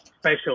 special